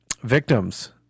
victims